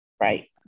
Right